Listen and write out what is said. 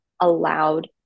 allowed